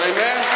Amen